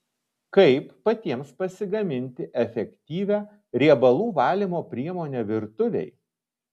kaip patiems pasigaminti efektyvią riebalų valymo priemonę virtuvei